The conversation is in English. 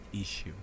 issue